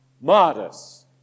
Modest